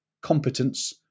competence